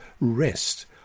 rest